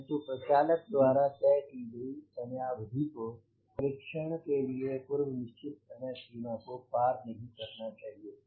परन्तु प्रचालक द्वारा तय की गयी समयावधि को परीक्षण के लिए पूर्व निश्चित समयसीमा को पार नहीं करना चाहिए